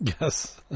Yes